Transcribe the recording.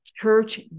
church